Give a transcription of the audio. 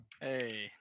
Hey